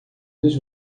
dos